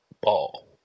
ball